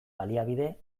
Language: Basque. baliabide